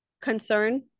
concern